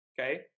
okay